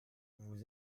vous